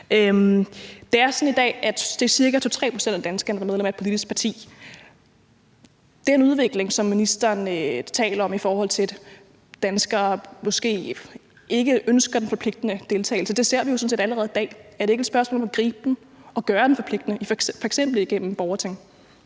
det er ca. 2-3 pct. af danskerne, der er medlem af et politisk parti. Den udvikling, som ministeren taler om, i forhold til at danskere måske ikke ønsker den forpligtende deltagelse, ser vi jo sådan set allerede i dag. Er det ikke et spørgsmål om at gribe den og gøre den forpligtende, f.eks. gennem borgerting?